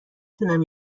تونم